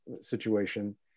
situation